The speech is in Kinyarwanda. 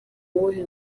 uwuhe